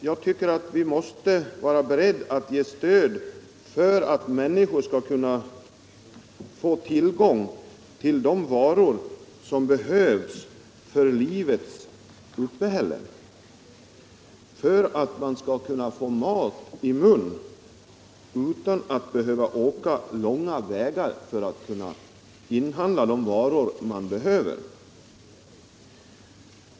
Jag tycker att vi måste vara beredda att ge stöd för att människor skall kunna få tillgång till de varor som behövs för livets uppehälle, för att de skall kunna få mat i mun utan att behöva åka långa vägar för att inhandla nödvändiga varor.